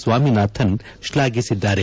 ಸ್ವಾಮಿನಾಥನ್ ಶ್ಲಾಘಿಸಿದ್ದಾರೆ